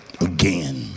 again